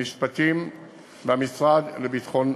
המשפטים וביטחון הפנים,